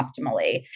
optimally